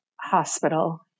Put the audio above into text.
hospital